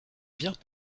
vient